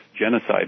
genocide